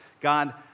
God